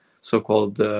so-called